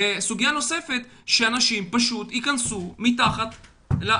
ובסוגיה נוספת שאנשים פחות יכנסו למחתרת,